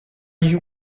you